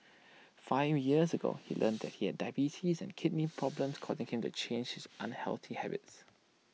five years ago he learnt that he had diabetes and kidney problems causing him to change his unhealthy habits